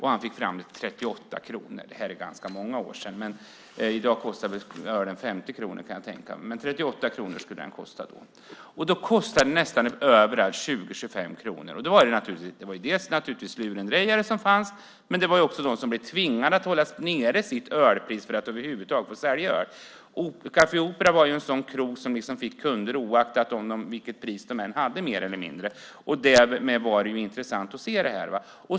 Han fick det till 38 kronor. Det här är ganska många år sedan. I dag kostar väl ölen 50 kronor, kan jag tänka mig, men 38 kronor skulle den kosta då. Då kostade ölen nästan överallt 20-25 kronor. Det var lurendrejare som fanns men också de som tvingades att hålla nere sitt ölpris för att över huvud taget få sälja öl. Café Opera var en sådan krog som fick kunder mer eller mindre oaktat vilket pris de hade. Därmed var det intressant att se.